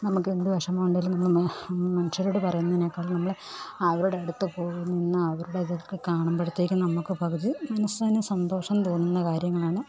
നമുക്ക് എന്ത് വിഷമം ഉണ്ടെങ്കിലും നമ്മൾ മനുഷ്യരോട് പറയുന്നതിനേക്കാളും നമ്മൾ അവരുടെ അടുത്ത് പോയി നിന്ന് അവരുടെ ഇതൊക്കെ കാണുമ്പോഴത്തേക്കും നമുക്ക് പകുതി മനസിന് സന്തോഷം തോന്നുന്ന കാര്യങ്ങളാണ്